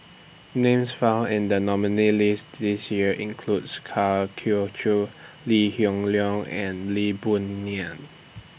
Names found in The nominees' list This Year includes Kwa Geok Choo Lee Hoon Leong and Lee Boon Ngan